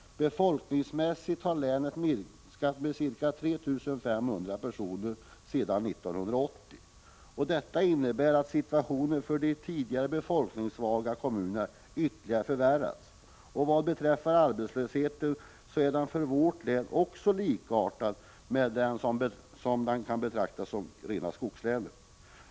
Befolkningsmässigt har länet minskat med ca 3 500 personer sedan 1980. Detta innebär att situationen för de tidigare befolkningssvaga kommunerna ytterligare förvärrats. Och vad beträffar arbetslösheten är den för vårt län också likartad med den i vad som betraktas som rena skogslän.